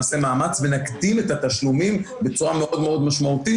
נעשה מאמץ ונקדים את התשלומים בצורה מאוד מאוד משמעותית,